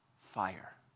fire